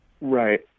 Right